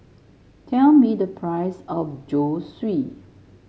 tell me the price of Zosui